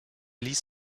ließ